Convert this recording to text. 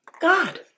god